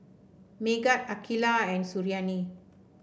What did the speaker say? Megat Aqilah and Suriani